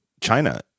China